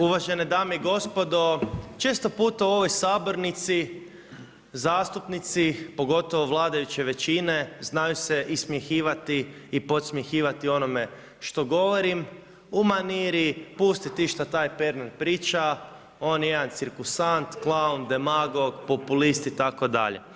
Uvažene dame i gospodo, često puta u ovoj sabornici zastupnici pogotovo vladajuće većine znaju se ismjehivati i podsmjehivati onome što govorim u maniri pusti ti što taj Pernar priča, on je jedan cirkusant, klaun, demagog, populist itd.